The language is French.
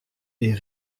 est